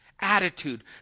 attitude